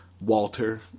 Walter